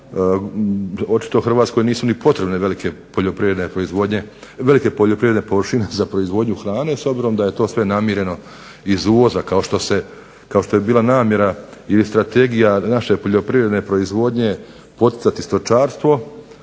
očito Hrvatskoj nisu potrebne velike poljoprivredne površine za proizvodnju hrane, s obzirom da je to sve namireno iz uvoza kao što je bila namjera ili strategija naše poljoprivredne proizvodnje poticati stočarstvo,